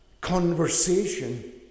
conversation